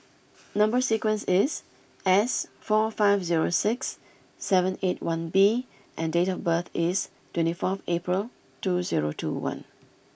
number sequence is S four five zero six seven eight one B and date of birth is twenty four April two zero two one